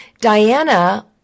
Diana